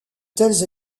telles